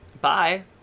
Bye